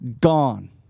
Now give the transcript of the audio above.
gone